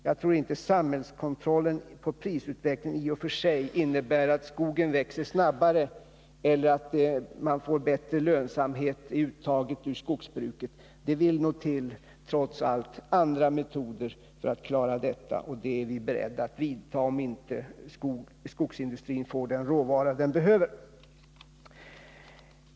Jag tror inte att samhällskontroll av prisutvecklingen i och för sig innebär att skogen växer snabbare eller att man får bättre lönsamhet i uttaget ur skogsbruket, utan det vill trots allt till andra åtgärder för att klara detta, och sådana är vi beredda att vidta om inte skogsindustrin får den råvara den behöver.